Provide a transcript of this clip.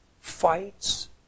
fights